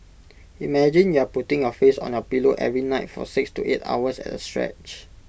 imagine you're putting your face on your pillow every night for six to eight hours at A stretch